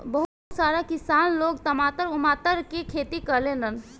बहुत सारा किसान लोग टमाटर उमाटर के खेती करेलन